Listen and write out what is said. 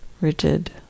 rigid